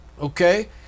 okay